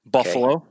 Buffalo